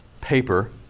paper